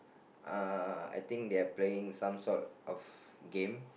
uh I think they're playing some sort of game